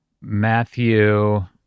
Matthew-